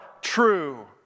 true